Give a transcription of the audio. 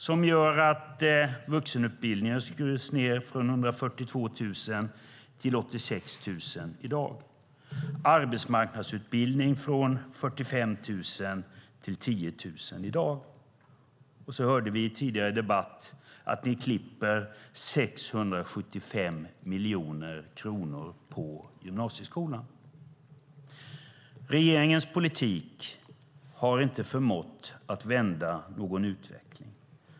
Det gör att vuxenutbildningen har skurits ned från 142 000 platser till 86 000 platser i dag, och arbetsmarknadsutbildningen har skurits ned från 45 000 till 10 000 platser. Vi hörde också i den tidigare debatten att ni klipper 675 miljoner från gymnasieskolan. Regeringens politik har inte förmått att vända någon utveckling.